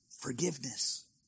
Forgiveness